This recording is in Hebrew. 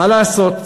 מה לעשות,